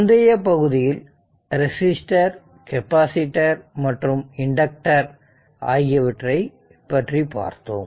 முந்தைய பகுதியில் resistor capacitor மற்றும் இண்டக்டர் ஆகியவற்றைப் பற்றி பார்த்தோம்